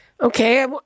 Okay